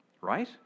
right